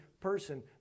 person